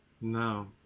No